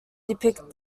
depict